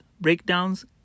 breakdowns